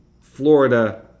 Florida